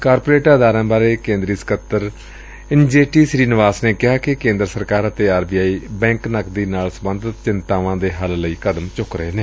corporate ਮਾਮਲਿਆਂ ਬਾਰੇ ਕੇਂਦਰੀ ਸਕੱਤਰ ਇਨਜੇਟੀ ਸ੍ੀਨਿਵਾਸ ਨੇ ਕਿਹਾ ਕਿ ਕੇਂਦਰ ਸਰਕਾਰ ਅਤੇ ਆਰ ਬੀ ਆਈ ਬੈਂਕ ਨਕਦੀ ਨਾਲ ਸਬੰਧਤ ਚਿੰਤਾਵਾਂ ਦੇ ਹੱਲ ਲਈ ਕਦਮ ਚੁੱਕ ਰਹੇ ਨੇ